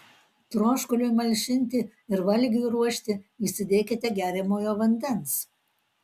troškuliui malšinti ir valgiui ruošti įsidėkite geriamojo vandens